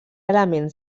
elements